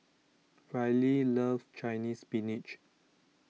Rylie loves Chinese Spinach